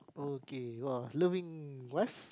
okay [wah] loving wife